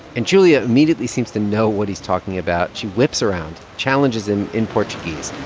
and julia immediately seems to know what he's talking about. she whips around, challenges him in portuguese.